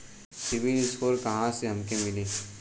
CIBIL score कहाँसे हमके मिली?